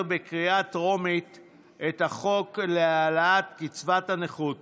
בקריאה טרומית את החוק להעלאת קצבת הנכות